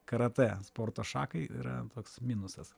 karatė sporto šakai yra toks minusas